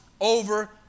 over